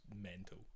mental